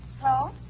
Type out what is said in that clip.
Hello